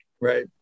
Right